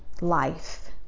life